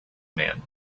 man